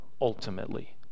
ultimately